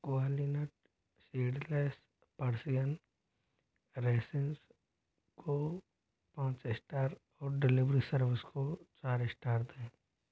Qualinut seedless Persian raisins को पाँच star और डिलीवरी सर्विस को चार स्टार दें